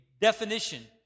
definition